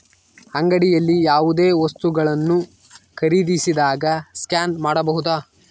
ಅಂಗಡಿಯಲ್ಲಿ ಯಾವುದೇ ವಸ್ತುಗಳನ್ನು ಖರೇದಿಸಿದಾಗ ಸ್ಕ್ಯಾನ್ ಮಾಡಬಹುದಾ?